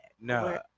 No